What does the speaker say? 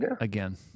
again